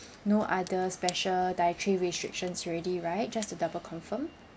no other special dietary restrictions already right just to double confirm